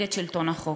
כנגד שלטון החוק.